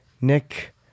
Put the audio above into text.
Nick